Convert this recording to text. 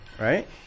right